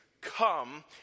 come